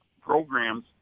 programs